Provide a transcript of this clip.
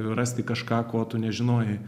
rasti kažką ko tu nežinojai